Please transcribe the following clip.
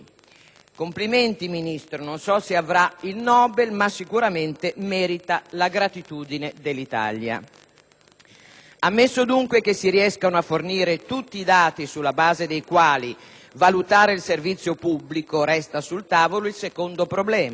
Complimenti, Ministro, non so se riceverà il Nobel, ma sicuramente merita la gratitudine dell'Italia. Ammesso, dunque, che si riescano a fornire tutti i dati sulla base dei quali valutare il servizio pubblico, resta sul tavolo il secondo problema: